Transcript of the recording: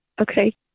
okay